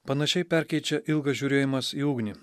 panašiai perkeičia ilgas žiūrėjimas į ugnį